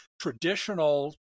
traditional